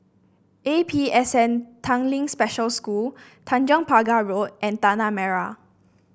A P S N Tanglin Special School Tanjong Pagar Road and Tanah Merah